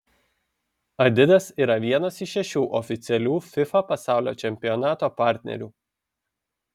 adidas yra vienas iš šešių oficialių fifa pasaulio čempionato partnerių